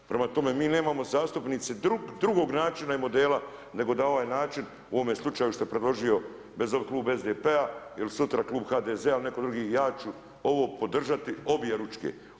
Prema tome, mi nemamo zastupnici drugog načina i modela nego da na ovaj način u ovom slučaju što je predložio klub SDP-a ili sutra klub HDZ-a ili netko drugi ja ću ovo podržati objeručke.